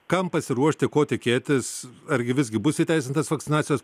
kam pasiruošti ko tikėtis argi visgi bus įteisintas vakcinacijos